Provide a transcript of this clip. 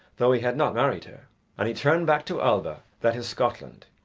though he had not married her and he turned back to alba, that is, scotland.